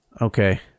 Okay